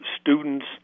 students